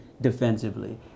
defensively